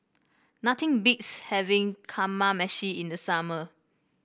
nothing beats having Kamameshi in the summer